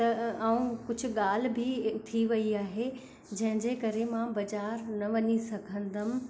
त ऐं कुझु ॻाल्हि बि थी वई आहे जंहिंजे करे मां बाज़ारि न वञी सघंदमि